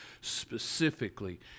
specifically